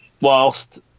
whilst